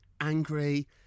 angry